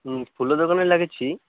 ଫୁଲ ଦୋକାନକୁ ଲାଗିଛି